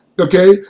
okay